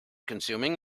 consuming